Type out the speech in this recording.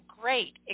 great